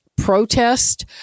Protest